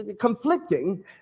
conflicting